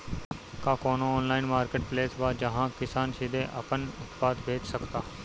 का कोनो online marketplace बा जहां किसान सीधे अपन उत्पाद बेच सकता?